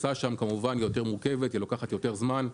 הפריסה שם כמובן יותר מורכבת ולוקחת יותר זמן.